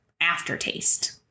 aftertaste